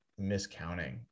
miscounting